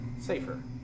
safer